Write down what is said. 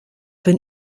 wenn